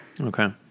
Okay